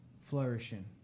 flourishing